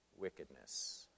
wickedness